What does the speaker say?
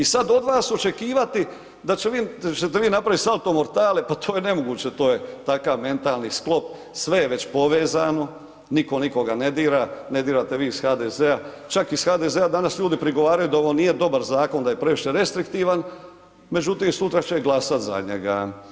I sad od vas očekivati da ćete vi napraviti salto mortale pa to je nemoguće, takav mentalni sklop, sve je već povezano, nitko nikoga ne dira, ne dirate vi iz HDZ-a, čak iz HDZ-a danas ljudi prigovaraju da ovo nije dobar zakon da je previše restriktivan, međutim sutra će glasat za njega.